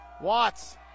Watts